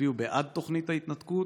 הצביעו בעד תוכנית ההתנתקות.